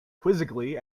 quizzically